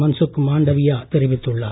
மன்சுக் மாண்டவியா தெரிவித்துள்ளார்